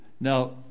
Now